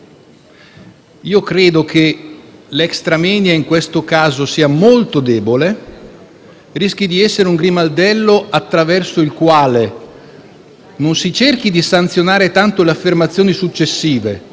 Credo che l'*extra moenia* in questo caso sia molto debole e rischi di essere un grimaldello attraverso il quale non si cerchi di sanzionare tanto le affermazioni successive,